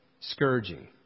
scourging